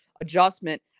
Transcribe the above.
adjustment